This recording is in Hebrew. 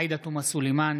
אינו נוכח עאידה תומא סלימאן,